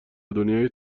دنیای